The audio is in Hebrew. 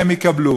הן יקבלו.